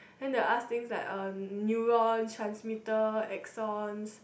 and then they'll ask things like uh neuron transmitters axons